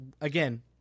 again